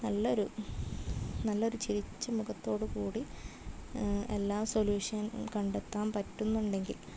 നല്ലൊരു നല്ലൊരു ചിരിച്ച മുഖത്തോടുകൂടി എല്ലാ സൊല്യൂഷൻ കണ്ടെത്താൻ പറ്റുന്നുണ്ടെങ്കിൽ